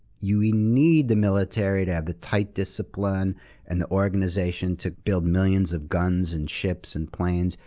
you need the military to have the tight discipline and the organization to build millions of guns and ships and planes.